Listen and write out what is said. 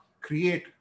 create